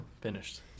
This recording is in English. Finished